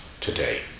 today